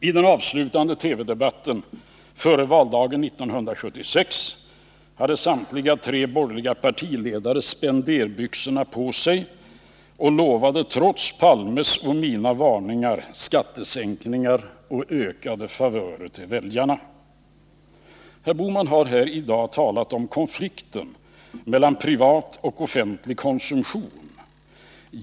I den avslutande TV-debatten före valdagen 1976 hade samtliga tre borgerliga partiledare spenderbyxorna på sig och lovade trots Olof Palmes och mina varningar skattesänkningar och ökade favörer till väljarna. Herr Bohman har här i dag talat om konflikten mellan privat och offentlig konsumtion.